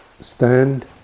stand